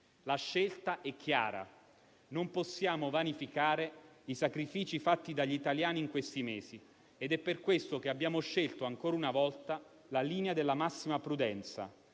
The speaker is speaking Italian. La scelta è chiara: non possiamo vanificare i sacrifici fatti dagli italiani in questi mesi ed è per questo che abbiamo scelto ancora una volta la linea della massima prudenza.